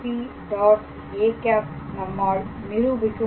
â நம்மால் நிரூபிக்க முடியும்